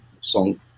song